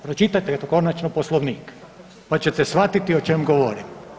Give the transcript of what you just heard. Pročitajte konačno Poslovnik pa ćete shvatiti o čemu govorim.